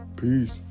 Peace